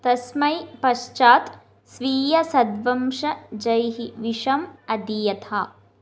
तस्मै पश्चात् स्वीयसद्वंशजैः विषम् अदीयथ